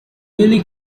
newly